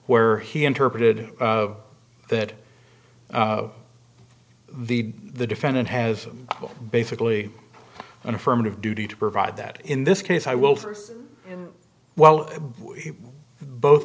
where he interpreted that the the defendant has basically an affirmative duty to provide that in this case i will